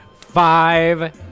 five